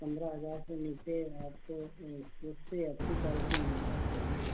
पन्द्रह हज़ार से नीचे आपको यह उससे अच्छी क्वालिटी में नहीं आती है ना